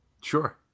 Sure